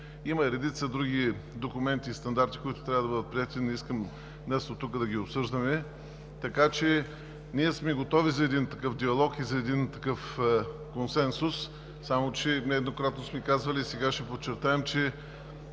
Има и редица други документи и стандарти, които трябва да бъдат приети – не искам днес от тук да ги обсъждаме, така че ние сме готови за един такъв диалог и един такъв консенсус. Само че нееднократно сме казвали и сега ще подчертаем, че